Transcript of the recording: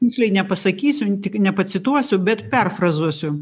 tiksliai nepasakysiu tik nepacituosiu bet perfrazuosiu